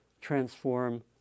transform